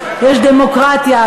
יש דמוקרטיה,